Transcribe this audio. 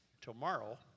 tomorrow